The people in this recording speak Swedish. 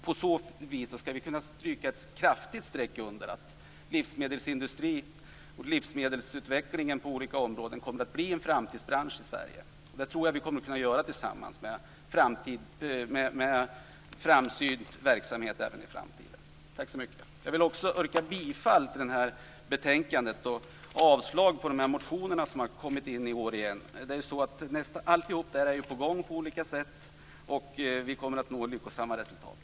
På så vis skall vi kunna stryka ett kraftigt streck under att livsmedelsindustrin och livsmedelsutvecklingen kommer att bli en framtidsbransch i Sverige. Det tror jag att vi tillsammans kan åstadkomma med framsynt verksamhet även i framtiden. Jag vill också yrka bifall till hemställan i betänkandet och avslag på de motioner som har väckts i år. Det pågår olika arbeten, och vi kommer att nå lyckosamma resultat.